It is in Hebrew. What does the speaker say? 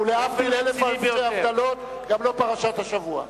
נכון, ולהבדיל אלף אלפי הבדלות גם לא פרשת השבוע.